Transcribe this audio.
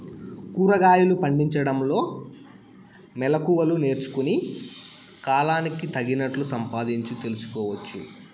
కూరగాయలు పండించడంలో మెళకువలు నేర్చుకుని, కాలానికి తగినట్లు సంపాదించు తెలుసుకోవచ్చు